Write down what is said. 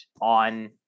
on